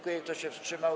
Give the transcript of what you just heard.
Kto się wstrzymał?